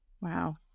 Wow